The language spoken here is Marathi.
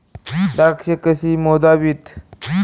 द्राक्षे कशी मोजावीत?